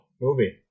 movie